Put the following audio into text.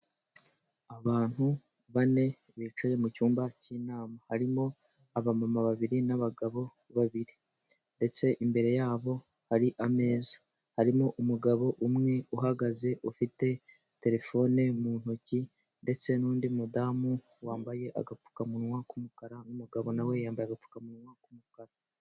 Abantu bane bicaye mu cyumba cy'inama. Harimo abamama babiri n'abagabo babiri. Ndetse imbere yabo hari ameza. Harimo umugabo umwe uhagaze ufite telefone mu ntoki, ndetse n'undi mudamu wambaye agapfukamunwa k'umukara n'umudamu na we yambaye agapfukamunwa n'umukara.